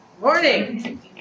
morning